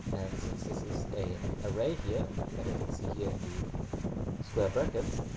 and since this is a an array here that i can see here in the square brackets,